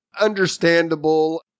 understandable